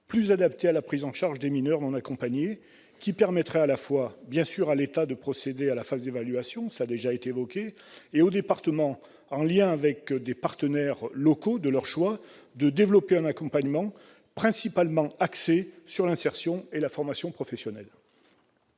plus adapté à la prise en charge des mineurs non accompagnés ? Cela permettrait à la fois à l'État de procéder à la phase d'évaluation- cela a déjà été évoqué -et aux départements, en lien avec les partenaires locaux de leur choix, de développer un accompagnement principalement axé sur l'insertion et la formation professionnelle.